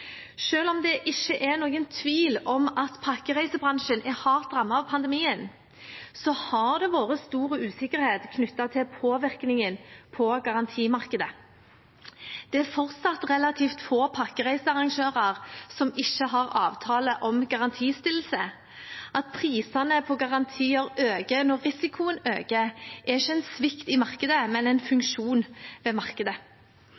om det ikke er noen tvil om at pakkereisebransjen er hardt rammet av pandemien, har det vært stor usikkerhet knyttet til påvirkningen på garantimarkedet. Det er fortsatt relativt få pakkereisearrangører som ikke har avtale om garantistillelse. At prisene på garantier øker når risikoen øker, er ikke en svikt i markedet, men en